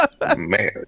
Man